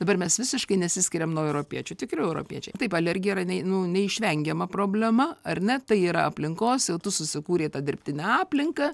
dabar mes visiškai nesiskiriam nuo europiečių tikri europiečiai taip alergija yra ne jau neišvengiama problema ar ne tai yra aplinkos jau tu susikūrei tą dirbtinę aplinką